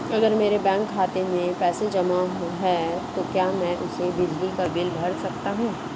अगर मेरे बैंक खाते में पैसे जमा है तो क्या मैं उसे बिजली का बिल भर सकता हूं?